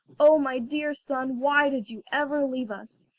oh, my dear son, why did you ever leave us?